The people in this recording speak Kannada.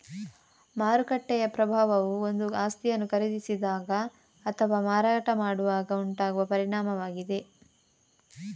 ಮಾರುಕಟ್ಟೆಯ ಪ್ರಭಾವವು ಒಂದು ಆಸ್ತಿಯನ್ನು ಖರೀದಿಸಿದಾಗ ಅಥವಾ ಮಾರಾಟ ಮಾಡುವಾಗ ಉಂಟಾಗುವ ಪರಿಣಾಮವಾಗಿದೆ